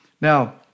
Now